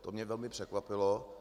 To mě velmi překvapilo.